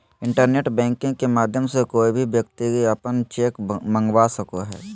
internet banking के माध्यम से कोय भी व्यक्ति अपन चेक मंगवा सको हय